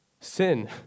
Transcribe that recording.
Sin